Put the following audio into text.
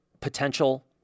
potential